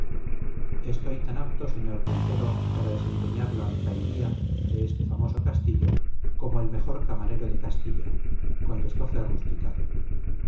estoy tan apto señor rui pero para desempeñar la alcaidía de este famoso castillo como el mejor camarero de castilla contestó ferrus